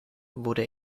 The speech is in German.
wurde